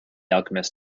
alchemist